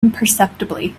imperceptibly